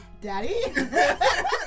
daddy